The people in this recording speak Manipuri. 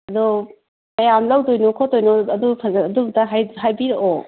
ꯑꯗꯣ ꯀꯌꯥꯝ ꯂꯧꯗꯣꯏꯅꯣ ꯈꯣꯠꯇꯣꯏꯅꯣ ꯑꯗꯨ ꯑꯝꯇ ꯍꯥꯏꯕꯤꯔꯛꯑꯣ